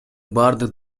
бардык